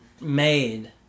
made